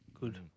Good